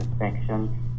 infection